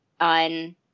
on